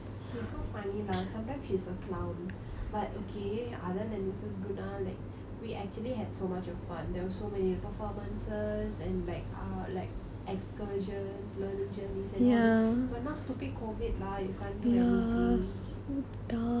she's so funny lah sometimes she's a clown but okay other than misus guna like we actually had so much of fun there was so many performances and like ah like excursions learning journeys and all that but now stupid COVID lah you can't do anything